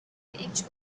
inch